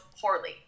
poorly